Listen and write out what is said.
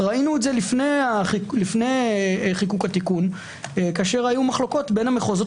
ראינו את זה לפני חיקוק התיקון כאשר היו מחלוקות בין המחוזות